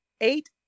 eight